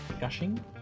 Gushing